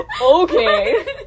Okay